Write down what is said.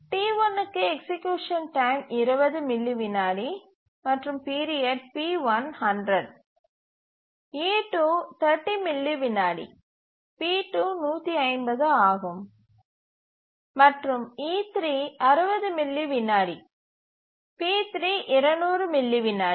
T1 க்கு execution time 20 milli விநாடி மற்றும் பீரியட் p1 100 e2 30 மில்லி விநாடி p2 150 ஆகும் மற்றும் e3 60 மில்லி விநாடி p3 200 மில்லி விநாடி